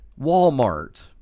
Walmart